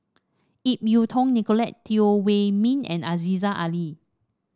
Ip Yiu Tung Nicolette Teo Wei Min and Aziza Ali